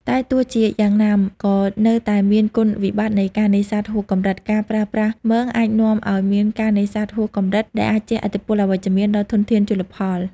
តែទោះជាយ៉ាងណា ក៏នៅតែមានគុណវិបត្តិនៃការនេសាទហួសកម្រិត ការប្រើប្រាស់មងអាចនាំឲ្យមានការនេសាទហួសកម្រិត ដែលអាចជះឥទ្ធិពលអវិជ្ជមានដល់ធនធានជលផល។